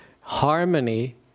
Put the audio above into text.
harmony